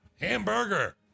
Hamburger